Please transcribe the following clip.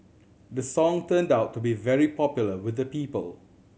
the song turned out to be very popular with the people